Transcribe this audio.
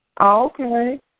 Okay